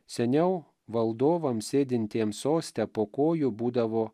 seniau valdovams sėdintiems soste po kojų būdavo